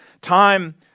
time